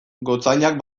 gotzainak